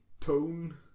tone